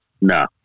No